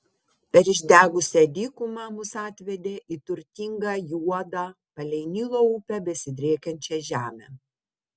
per išdegusią dykumą mus atvedė į turtingą juodą palei nilo upę besidriekiančią žemę